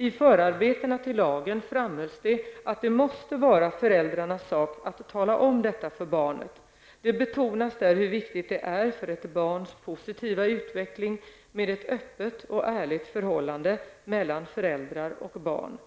I förarbetena till lagen framhölls att det måste vara föräldrarnas sak att tala om detta för barnet. Det betonas där hur viktigt det är för ett barns positiva utveckling med ett öppet och ärligt förhållande mellan föräldrar och barn.